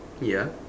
ya